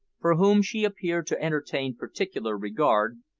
for whom she appeared to entertain particular regard,